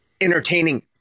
entertaining